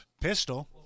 Pistol